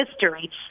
history